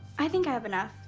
i think i have enough.